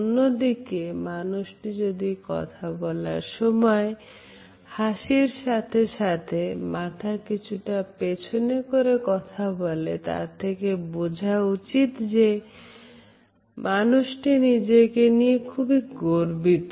অন্যদিকে মানুষটি যদি কথা বলার সময় হাসির সাথে সাথে মাথা কিছুটা পেছনে করে কথা বলে তা থেকে বোঝা উচিত যে মানুষটি নিজেকে নিয়ে খুবই গর্বিত